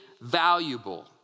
valuable